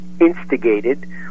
instigated